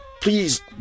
please